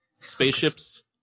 spaceships